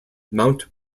mount